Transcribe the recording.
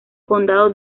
condado